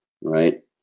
right